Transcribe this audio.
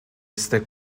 este